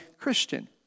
Christian